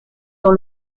dans